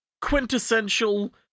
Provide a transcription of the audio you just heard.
quintessential